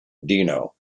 dino